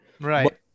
Right